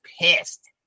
pissed